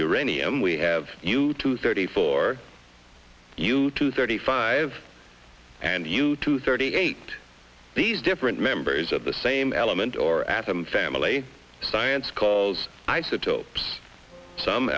uranium we have you two thirty for you to thirty five five and you to thirty eight these different members of the same element or atom family science calls isotopes some